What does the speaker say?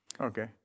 Okay